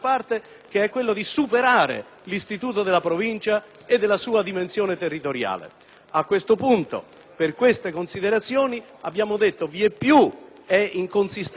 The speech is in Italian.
A questo punto, per tali considerazioni, abbiamo detto vieppiù che è inconsistente questa divisione tra capoluoghi di Provincia e non in materia di edilizia abitativa e di emergenza.